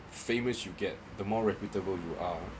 famous you get the more reputable you are